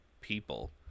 people